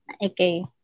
Okay